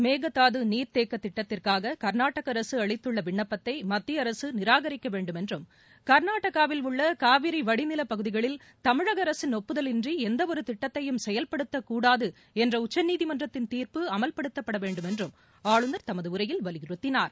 மேகதாது நீர்த்தேக்க திட்டத்திற்காக கர்நாடக அரசு அளித்துள்ள விண்ணப்பத்தை மத்திய அரசு நிராகரிக்க வேண்டும் என்றும் கர்நாடகாவில் உள்ள காவிரி வடிநில பகுதிகளில் தமிழக அரசின் ஒப்புதல் இன்றி எந்தவொரு திட்டத்தையும் செயல்படுத்தக்கூடாது என்ற உச்சநீதிமன்றத்தின் தீர்ப்பு அமல்படுத்தப்பட வேண்டும் என்றும் ஆளுநர் தமது உரையில் வலியுறுத்தினார்